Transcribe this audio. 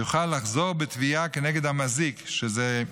יוכל לחזור בתביעה כנגד המזיק שגרם את הנזק,